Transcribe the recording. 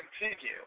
continue